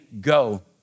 go